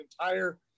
entire